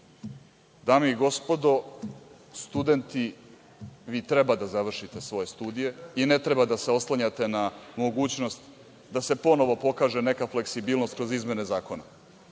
i gospodo studenti vi treba da završite svoje studije i ne treba da se oslanjate na mogućnost da se ponovo pokaže neka fleksibilnost kroz izmene zakona,